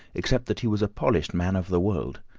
except that he was a polished man of the world.